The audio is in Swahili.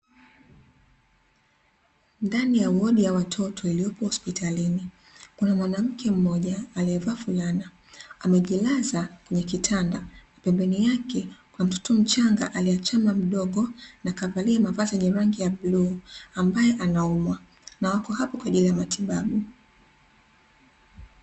Ndani ya wodi ya watoto iliyopo hosipitalini, kuna mwanamke mmoja aliyevaa fulana, amejilaza kwenye kitanda. Pembeni yake kuna mtoto mchanga aliyeachama mdomo, na kavalia mavazi ya rangi ya bluu, ambaye anaumwa, na wapo hapo kwa ajili ya matibabu.